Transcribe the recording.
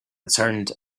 turned